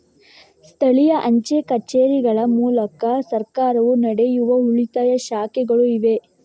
ಸ್ಥಳೀಯ ಅಂಚೆ ಕಚೇರಿಗಳ ಮೂಲಕ ಸರ್ಕಾರವು ನಡೆಸುವ ಉಳಿತಾಯ ಖಾತೆಗಳು ಇವೆ